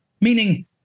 meaning